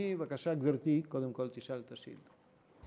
גברתי קודם כול תשאל את השאילתה.